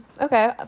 Okay